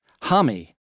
Hami